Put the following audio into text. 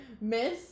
miss